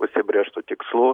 užsibrėžtų tikslų